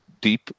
deep